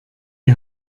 die